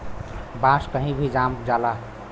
बांस कही भी जाम जाला